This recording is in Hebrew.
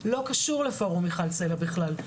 לא קשור לפורום מיכל סלה בכלל.